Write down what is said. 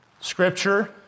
Scripture